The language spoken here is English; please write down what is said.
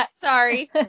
Sorry